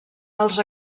als